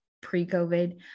pre-COVID